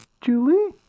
Julie